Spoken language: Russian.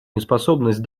неспособность